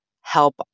help